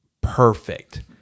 perfect